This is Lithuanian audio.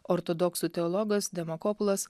ortodoksų teologas demokopulas